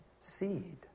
seed